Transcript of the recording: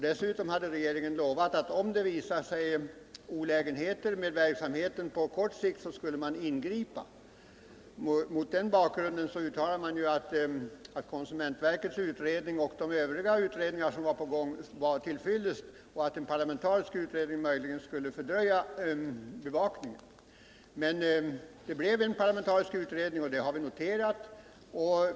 Dessutom hade regeringen lovat att om verksamheten på kort sikt medförde olägenheter så skulle man ingripa. Mot den bakgrunden uttalade utskottet att konsumentverkets utredning och de övriga utredningar som var på gång var till fyllest och att en parlamentarisk utredning möjligen skulle fördröja bevakningen. Men det blev en parlamentarisk utredning, och det har vi noterat.